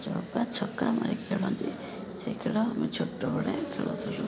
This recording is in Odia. ଚୌକା ଛକା ମାରି ଖେଳନ୍ତି ସେଇ ଖେଳ ଆମେ ଛୋଟବେଳେ ଖେଳୁଥିଲୁ